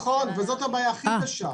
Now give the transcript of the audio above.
נכון, זו הבעיה הכי קשה.